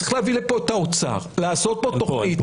צריך להביא לפה את האוצר, לעשות פה תוכנית.